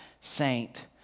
saint